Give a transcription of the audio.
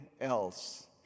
else